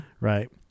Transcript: Right